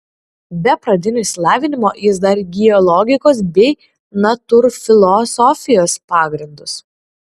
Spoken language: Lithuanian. be pradinio išsilavinimo jis dar įgijo logikos bei natūrfilosofijos pagrindus